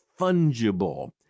fungible